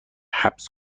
حبس